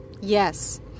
yes